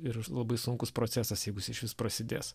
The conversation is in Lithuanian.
ir labai sunkus procesas jeigu jis išvis prasidės